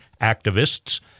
activists